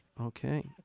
okay